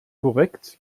korrekt